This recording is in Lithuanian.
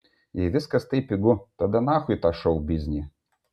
jei viskas taip pigu tada nachui tą šou biznį